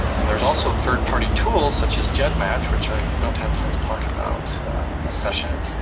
and there's also third-party tools such as gedmatch, which i don't have time to talk about in this session,